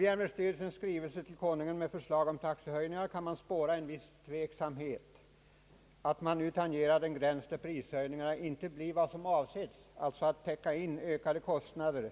I järnvägsstyrelsens skrivelse = till Kungl. Maj:t med förslag till taxehöjningar kan spåras en viss tveksamhet huruvida man inte nu tangerar den gräns, där prishöjningarna inte får den avsedda effekten att täcka ökade kostnader